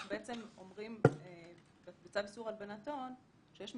אנחנו מפרסמים מסמכי דגלים אדומים לגבי כל